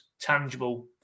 tangible